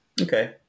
Okay